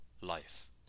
life